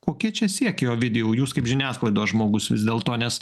kokie čia siekiai ovidijau jūs kaip žiniasklaidos žmogus vis dėlto nes